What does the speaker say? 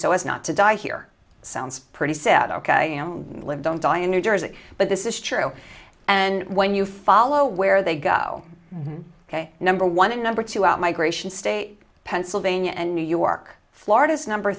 as not to die here sounds pretty sad ok i don't live don't die in new jersey but this is true and when you follow where they go ok number one and number two out migration state pennsylvania and new york florida is number